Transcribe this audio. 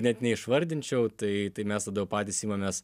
net neišvardinčiau tai tai mes tada jau patys imamės